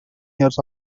years